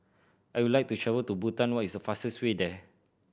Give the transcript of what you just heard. I would like to travel to Bhutan what is the fastest way there